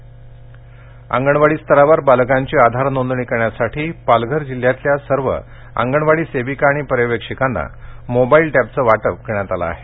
अंगणवाडी अंगणवाडी स्तरावर बालकांची आधार नोंदणी करण्यासाठी पालघर जिल्ह्यातल्या सर्व अंगणवाडी सेविका आणि पर्यवेक्षिकांना मोबाईल टॅबचं वाटप करण्यात आलं आहे